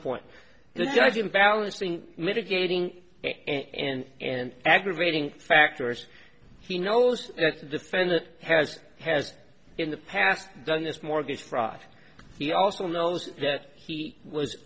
point the judge in balance being mitigating and and aggravating factors he knows defendant has has in the past done this mortgage fraud he also knows that he was